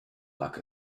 like